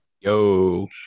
Yo